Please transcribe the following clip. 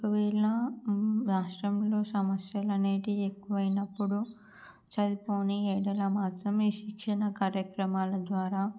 ఒకవేళ రాష్ట్రంలో సమస్యలు అనేటివి ఎక్కువైనప్పుడు చదువుకోని ఏదైనా మాత్రమే శిక్షణ కార్యక్రమాల ద్వారా